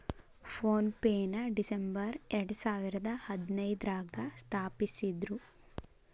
phone ಪೆನ December ಎರಡಸಾವಿರದ ಹದಿನೈದ್ರಾಗ ಸ್ಥಾಪಿಸಿದ್ರು